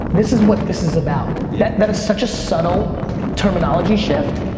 this is what this is about. that is such a subtle terminology shift.